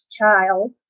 child